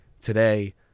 today